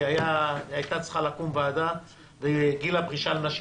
הייתה צריכה לקום ועדה וגיל הפרישה לנשים